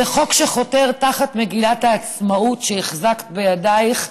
זה חוק שחותר תחת מגילת העצמאות שהחזקת בידייך,